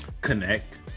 Connect